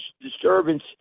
disturbance